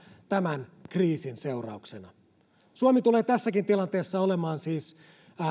tämän kriisin seurauksena suomi tulee tässäkin tilanteessa olemaan siis